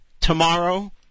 tomorrow